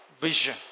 vision